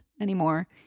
anymore